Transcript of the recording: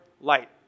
light